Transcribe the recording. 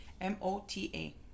M-O-T-A